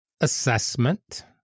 assessment